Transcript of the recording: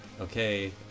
okay